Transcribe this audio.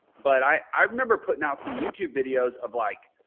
but i remember putting out some youtube videos of like,